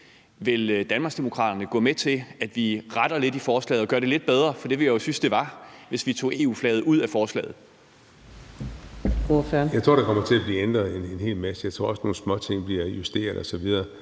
vil Danmarksdemokraterne så gå med til, at vi retter lidt i forslaget og gør det lidt bedre? For det ville jeg jo synes det ville blive, hvis vi tog EU-flaget ud af forslaget.